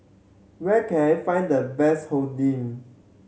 where can I find the best Oden